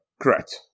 Correct